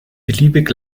beliebig